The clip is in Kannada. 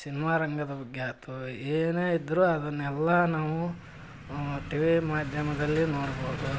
ಸಿನ್ಮಾ ರಂಗದ ಬಗ್ಗೆ ಆಯ್ತು ಏನೇ ಇದ್ದರೂ ಅದನ್ನೆಲ್ಲ ನಾವು ಟಿವಿ ಮಾಧ್ಯಮದಲ್ಲಿ ನೋಡ್ಬೋದು